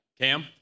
Cam